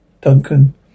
Duncan